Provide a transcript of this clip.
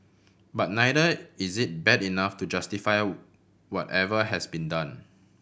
but neither is it bad enough to justify whatever has been done